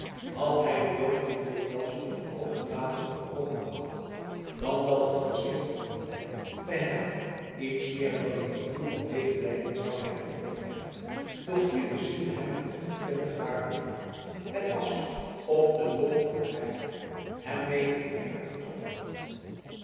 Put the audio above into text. had hij den dood te dikwijls onder alle gedaanten voor oogen gehad dan dat het gezicht van een lijk bij hem iets meer dan een gevoel van medelijden zoude hebben opgewekt doch hier bezielde hem een ongekende gewaarwording het was of de dolk van reinout hem mede in t hart getroffen had